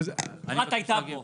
אפרת הייתה פה